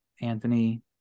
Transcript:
Anthony